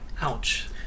Ouch